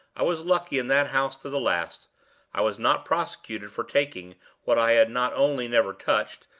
i was lucky in that house to the last i was not prosecuted for taking what i had not only never touched,